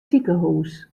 sikehûs